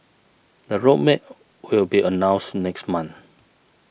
the road map will be announced next month